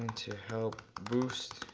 to help boost,